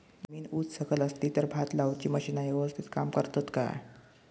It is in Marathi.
जमीन उच सकल असली तर भात लाऊची मशीना यवस्तीत काम करतत काय?